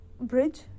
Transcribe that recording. bridge